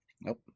Nope